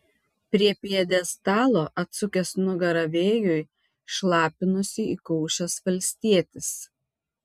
prie pjedestalo atsukęs nugarą vėjui šlapinosi įkaušęs valstietis